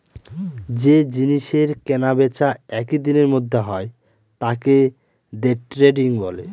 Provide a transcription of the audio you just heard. যে জিনিসের কেনা বেচা একই দিনের মধ্যে হয় তাকে দে ট্রেডিং বলে